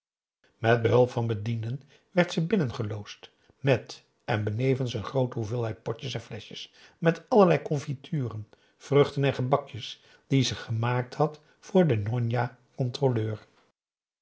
met behulp van bedienden werd ze binnengeloodst met en benevens een groote hoeveelheid potjes en fleschjes met allerlei confituren vruchten en gebakjes die ze gemaakt had voor de njonja controleur